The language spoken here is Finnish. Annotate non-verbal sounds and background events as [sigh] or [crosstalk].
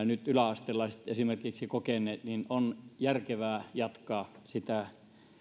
[unintelligible] nyt esimerkiksi yläastelaiset kokeneet on järkevää jatkaa